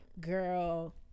girl